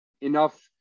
enough